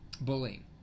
bullying